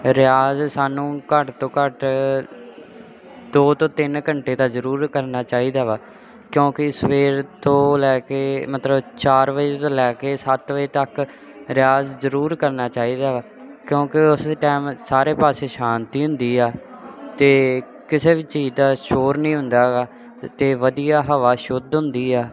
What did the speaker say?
ਰਿਆਜ਼ ਸਾਨੂੰ ਘੱਟ ਤੋਂ ਘੱਟ ਦੋ ਤੋਂ ਤਿੰਨ ਘੰਟੇ ਤਾਂ ਜ਼ਰੂਰ ਕਰਨਾ ਚਾਹੀਦਾ ਵਾ ਕਿਉਂਕਿ ਸਵੇਰ ਤੋਂ ਲੈ ਕੇ ਮਤਲਬ ਚਾਰ ਵਜੇ ਤੋਂ ਲੈ ਕੇ ਸੱਤ ਵਜੇ ਤੱਕ ਰਿਆਜ਼ ਜਰੂਰ ਕਰਨਾ ਚਾਹੀਦਾ ਵਾ ਕਿਉਂਕਿ ਉਸ ਟਾਈਮ ਸਾਰੇ ਪਾਸੇ ਸ਼ਾਂਤੀ ਹੁੰਦੀ ਆ ਅਤੇ ਕਿਸੇ ਵੀ ਚੀਜ਼ ਦਾ ਸ਼ੋਰ ਨਹੀਂ ਹੁੰਦਾ ਗਾ ਅਤੇ ਵਧੀਆ ਹਵਾ ਸ਼ੁੱਧ ਹੁੰਦੀ ਆ